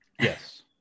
Yes